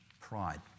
Pride